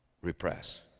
Repress